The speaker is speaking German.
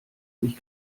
mich